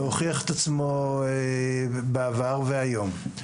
והוכיח את עצמו בעבר והיום.